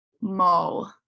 Mo